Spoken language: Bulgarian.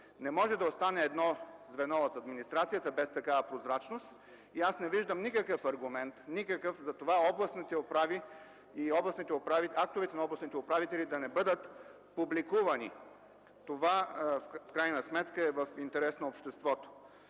Не може да остане едно звено в администрацията без такава прозрачност. Аз не виждам никакъв аргумент за това актовете на областните управители да не бъдат публикувани. В крайна сметка, това е в интерес на обществото.